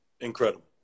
incredible